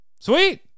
Sweet